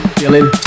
feeling